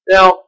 Now